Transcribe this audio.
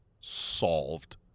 solved